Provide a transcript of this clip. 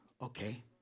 Okay